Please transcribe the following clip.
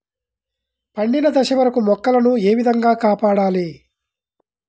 పండిన దశ వరకు మొక్కల ను ఏ విధంగా కాపాడాలి?